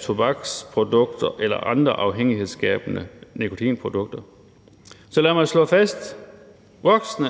tobaksprodukter eller andre afhængighedsskabende nikotinprodukter. Så lad mig slå fast, at voksne